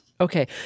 okay